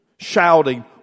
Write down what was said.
Shouting